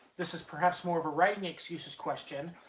this is perhaps more of a writing excuses question,